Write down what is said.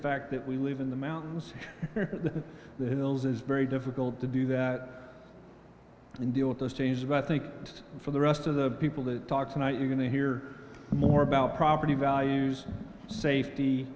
fact that we live in the mountains and the hills is very difficult to do that in deal with the series of i think for the rest of the people to talk tonight you're going to hear more about property values safety